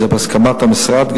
זה גם בהסכמת המשרד.